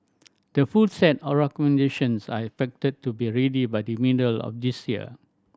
the full set of recommendations are expected to be ready by the middle of this year